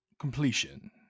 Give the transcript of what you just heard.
completion